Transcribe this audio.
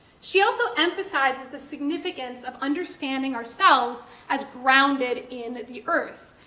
she also emphasizes the significance of understanding ourselves as grounded in the earth.